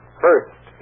first